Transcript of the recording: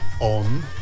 on